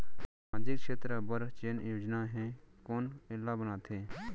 सामाजिक क्षेत्र बर जेन योजना हे कोन एला बनाथे?